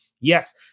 Yes